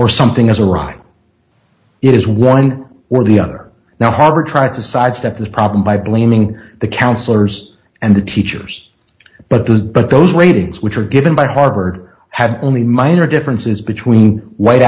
or something as a right it is one or the other now harvard tried to sidestep the problem by blaming the counselors and the teachers but those but those ratings which were given by harvard had only minor differences between white